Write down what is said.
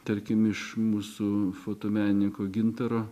tarkim iš mūsų fotomenininko gintaro